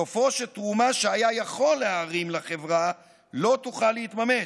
סופו שתרומה שהיה יכול להרים לחברה לא תוכל להתממש,